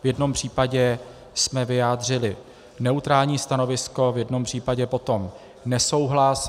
V jednom případě jsme vyjádřili neutrální stanovisko, v jednom případě potom nesouhlas.